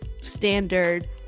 standard